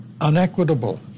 unequitable